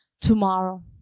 tomorrow